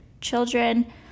children